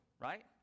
right